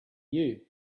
you